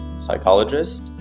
psychologist